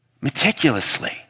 meticulously